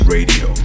Radio